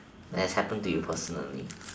that has happened to you personally